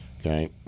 Okay